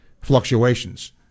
fluctuations